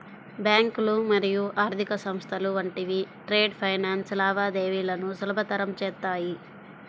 బ్యాంకులు మరియు ఆర్థిక సంస్థలు వంటివి ట్రేడ్ ఫైనాన్స్ లావాదేవీలను సులభతరం చేత్తాయి